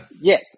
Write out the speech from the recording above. Yes